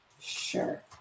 Sure